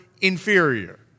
inferior